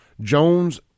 Jones